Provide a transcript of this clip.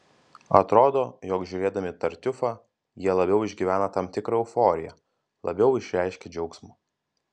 atrodo jog žiūrėdami tartiufą jie labiau išgyvena tam tikrą euforiją labiau išreiškia džiaugsmą